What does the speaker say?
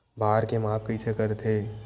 भार के माप कइसे करथे?